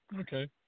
Okay